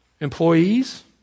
Employees